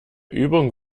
übung